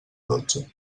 dotze